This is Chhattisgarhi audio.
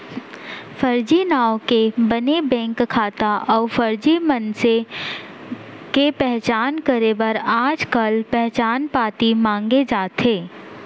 फरजी नांव के बने बेंक खाता अउ फरजी मनसे के पहचान करे बर आजकाल पहचान पाती मांगे जाथे